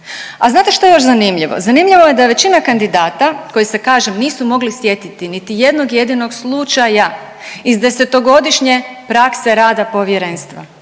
A znate što je još zanimljivo? Zanimljivo je da većina kandidata koji se kažem nisu mogli sjediti niti jednog jedinog slučaja iz 10-godišnje prakse rada Povjerenstva,